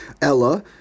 Ella